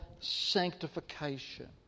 sanctification